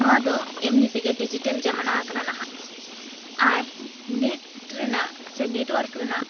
ᱱᱚᱣᱟ ᱫᱚ ᱮᱢᱱᱤ ᱛᱮᱜᱮ ᱰᱤᱡᱤᱴᱟᱹᱞ ᱡᱟᱢᱟᱱᱟ ᱟᱠᱟᱱᱟ ᱱᱟᱦᱟᱜ ᱫᱚ ᱟᱨ ᱱᱮᱴ ᱨᱮᱱᱟᱜ ᱥᱮ ᱱᱮᱴᱣᱟᱹᱨᱠ ᱨᱮᱱᱟᱜ